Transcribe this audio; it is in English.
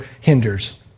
hinders